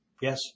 Yes